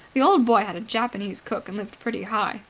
the old boy had a japanese cook and lived pretty high.